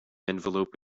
envelope